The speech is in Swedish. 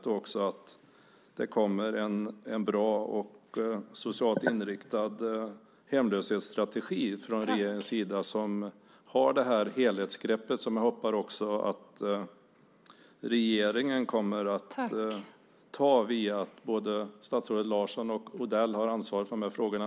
Jag välkomnar också att det kommer en bra och socialt inriktad hemlöshetsstrategi från regeringens sida som har det här helhetsgreppet, som jag också hoppas att regeringen kommer att ta i och med att både statsrådet Larsson och Odell har ansvaret för de här frågorna.